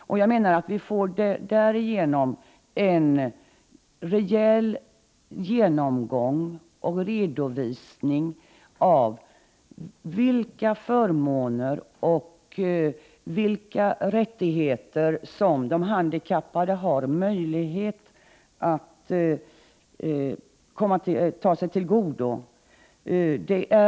Jag menar att vi därigenom får en rejäl genomgång och redovisning av vilka förmåner och rättigheter som de handikappade har möjlighet att ta sig till godo.